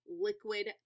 liquid